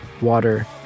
water